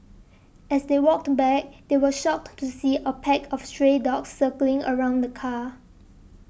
as they walked back they were shocked to see a pack of stray dogs circling around the car